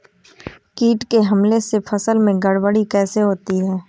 कीट के हमले से फसल में गड़बड़ी कैसे होती है?